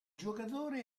giocatore